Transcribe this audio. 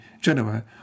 Genoa